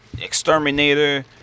Exterminator